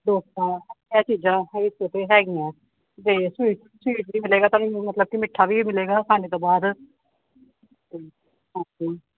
ਡੋਸਾ ਇਹ ਚੀਜ਼ਾਂ ਹਰ ਇੱਕ ਉੱਥੇ ਹੈਗੀਆਂ ਅਤੇ ਸਵੀਟ ਸਵੀਟ ਵੀ ਮਿਲੇਗਾ ਤੁਹਾਨੂੰ ਮਤਲਬ ਕਿ ਮਿੱਠਾ ਵੀ ਮਿਲੇਗਾ ਖਾਣੇ ਤੋਂ ਬਾਅਦ ਹਾਂਜੀ